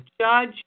judge